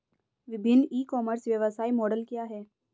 विभिन्न e commerce व्यवसाय model क्या हैं?